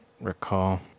recall